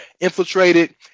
infiltrated